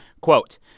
Quote